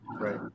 Right